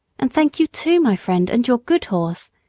and thank you, too, my friend, and your good horse.